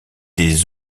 des